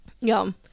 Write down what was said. Yum